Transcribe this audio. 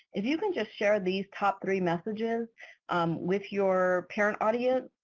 if you can just share these top three messages with your parent audience,